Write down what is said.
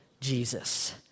Jesus